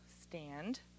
stand